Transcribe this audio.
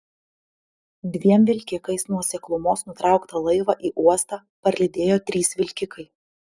dviem vilkikais nuo seklumos nutrauktą laivą į uostą parlydėjo trys vilkikai